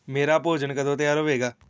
ਮੇਰਾ ਭੋਜਨ ਕਦੋਂ ਤਿਆਰ ਹੋਵੇਗਾ